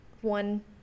one